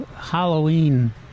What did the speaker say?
Halloween